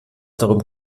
darum